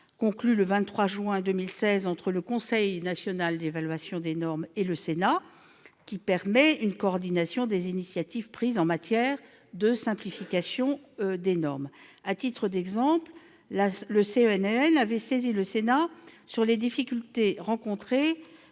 conclue le 23 juin 2016 entre le Conseil national d'évaluation des normes et le Sénat qui permet une coordination des initiatives prises en matière de simplification des normes. À titre d'exemple, le CNEN avait saisi le Sénat sur les difficultés rencontrées